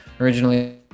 originally